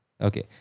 Okay